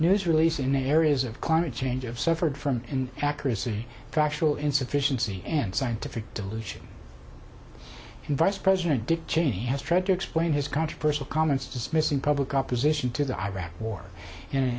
news release in areas of climate change of suffered from in accuracy factual insufficiency and scientific dilution and vice president dick cheney has tried to explain his controversial comments dismissing public opposition to the iraq war